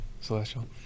celestial